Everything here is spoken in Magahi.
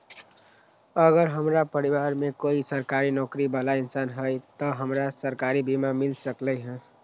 अगर हमरा परिवार में कोई सरकारी नौकरी बाला इंसान हई त हमरा सरकारी बीमा मिल सकलई ह?